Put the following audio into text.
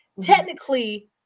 Technically